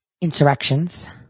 insurrections